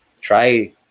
try